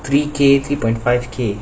three K three point five K